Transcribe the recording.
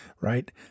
right